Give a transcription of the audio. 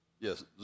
Yes